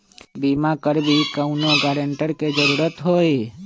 बिमा करबी कैउनो गारंटर की जरूरत होई?